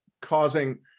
causing